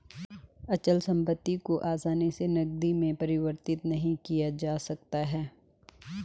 अचल संपत्ति को आसानी से नगदी में परिवर्तित नहीं किया जा सकता है